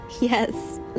yes